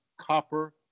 copper